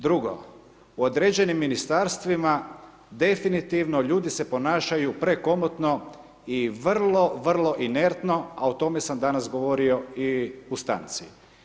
Drugo, u određenim ministarstvima definitivno ljudi se ponašaju prekomotno i vrlo, vrlo inertno a o tome sam danas govorio i stanci.